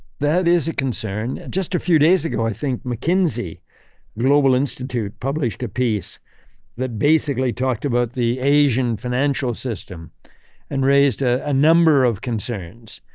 that is a concern. just a few days ago i think mckinsey global institute published a piece that basically talked about the asian financial system and raised a a number of concerns.